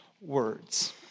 words